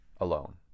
alone